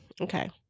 okay